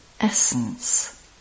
Essence